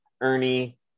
Ernie